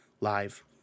live